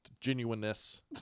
genuineness